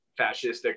fascistic